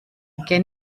gen